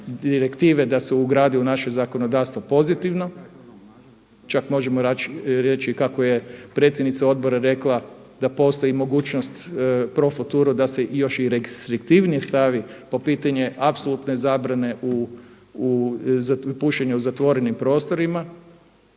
direktive da se ugradi u naše zakonodavstvo pozitivno. Čak možemo reći kako je predsjednica Odbora rekla da postoji mogućnost profuturo da se još i restriktivnije stavi po pitanje apsolutne zabrane pušenja u zatvorenim prostorima.